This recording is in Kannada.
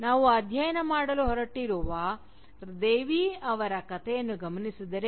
ನಾವು ಅಧ್ಯಯನ ಮಾಡಲು ಹೊರಟಿರುವ ದೇವಿ ಅವರ ಕಥೆಯನ್ನು ಗಮನಿಸಿದರೆ